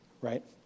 right